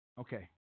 okay